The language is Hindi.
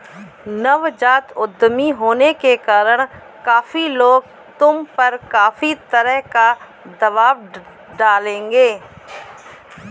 नवजात उद्यमी होने के कारण काफी लोग तुम पर काफी तरह का दबाव डालेंगे